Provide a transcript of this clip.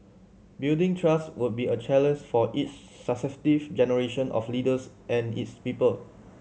building trust would be a challenge for each successive generation of leaders and its people